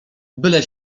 byle